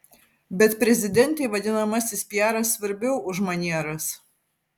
bet prezidentei vadinamasis piaras svarbiau už manieras